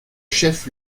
chef